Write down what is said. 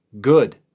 good